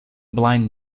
blind